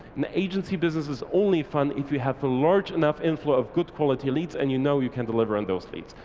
and the agency business is only fun if you have a large enough inflow of good quality leads and you know you can deliver on those leads.